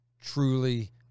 truly